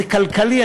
זה כלכלי,